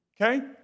Okay